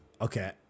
Okay